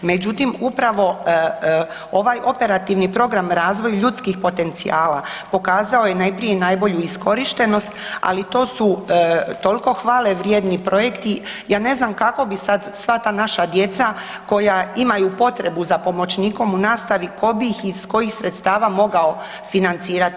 Međutim, upravo ovaj Operativni program razvoj ljudskih potencijala pokazao je najprije i najbolju iskorištenost, ali to su toliko hvale vrijedi projekti, ja ne znam kako bi sad sva ta naša djeca koja imaju potrebu za pomoćnikom u nastavi, tko bi ih i iz kojih sredstava mogao financirati.